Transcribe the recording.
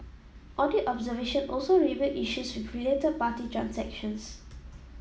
audit observation also revealed issues with related party transactions